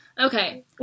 Okay